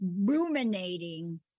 ruminating